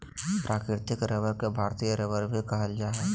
प्राकृतिक रबर के भारतीय रबर भी कहल जा हइ